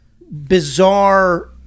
bizarre